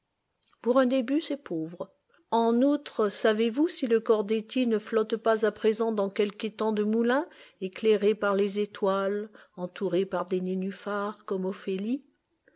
pour un début c'est pauvre en outre savez-vous si le corps d'hetty ne flotte pas à présent dans quelque étang de moulin éclairé par les étoiles entouré par des nénuphars comme ophéliep